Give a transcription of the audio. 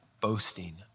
boasting